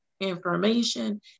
information